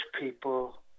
people